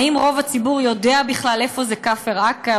האם רוב הציבור יודע בכלל איפה זה כפר עקב?